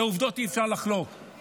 על העובדות אי-אפשר לחלוק,